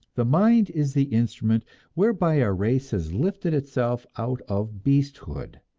the mind is the instrument whereby our race has lifted itself out of beasthood.